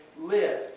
live